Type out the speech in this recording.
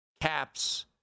Caps